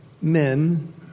men